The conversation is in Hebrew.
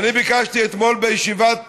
אני ביקשתי אתמול בישיבת